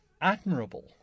admirable